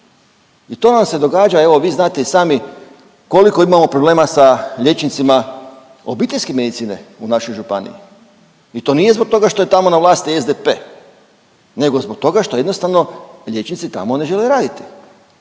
I to nam se događa, evo vi znate i sami koliko imamo problema sa liječnicima obiteljske medicine u našoj županiji i to nije zbog toga što je tamo na vlasti SDP, nego zbog toga što jednostavno liječnici tamo ne žele raditi.